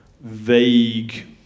vague